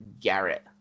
Garrett